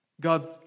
God